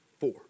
Four